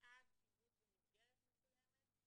בעד שיבוץ במסגרת מסוימת.